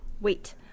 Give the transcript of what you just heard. Wait